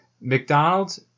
McDonald's